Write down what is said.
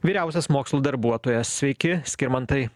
vyriausias mokslo darbuotojas sveiki skirmantai